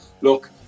look